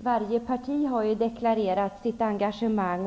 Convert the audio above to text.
Varje parti har ju deklarerat sitt engagemang.